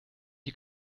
die